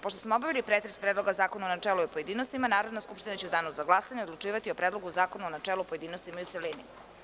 Pošto smo obavili pretres predloga zakona u načelu i pojedinostima Narodna skupština će u danu za glasanje odlučivati o Predlogu zakona u načelu, pojedinostima i u celini.